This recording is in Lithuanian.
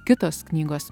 kitos knygos